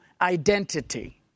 identity